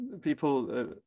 people